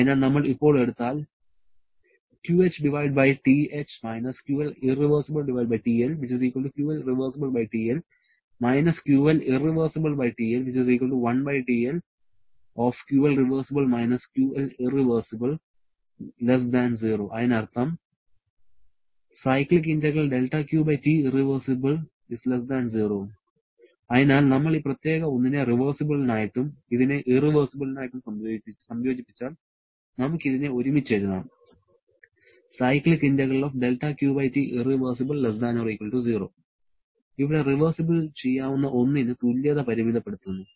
അതിനാൽ നമ്മൾ ഇപ്പോൾ എടുത്താൽ അതിനർത്ഥം അതിനാൽ നമ്മൾ ഈ പ്രത്യേക ഒന്നിനെ റിവേഴ്സിബിളിനായിട്ടും ഇതിനെ ഇറവെഴ്സിബിളിനായിട്ടും സംയോജിപ്പിച്ചാൽ നമുക്ക് ഇതിനെ ഒരുമിച്ച് എഴുതാം ഇവിടെ റിവേർസിബിൾ ചെയ്യാവുന്ന ഒന്നിന് തുല്യത പരിമിതപ്പെടുത്തുന്നു